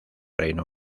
reino